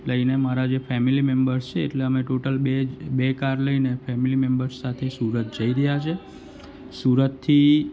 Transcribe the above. લઈને મારા જે ફેમિલી મેમ્બર્સ છે એટલે અમે ટોટલ બે બે કાર લઈને ફેમીલી મેમ્બર્સ સાથે સુરત જઈ રહ્યા છીએ સુરતથી